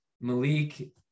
malik